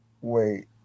wait